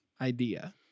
idea